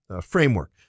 framework